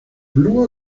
blew